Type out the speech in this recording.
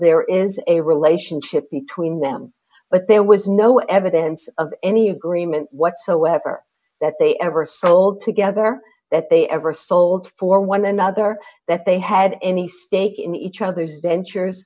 there is a relationship between them but there was no evidence of any agreement whatsoever that they ever sold together that they ever sold for one another that they had any stake in each other's dentures